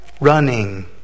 Running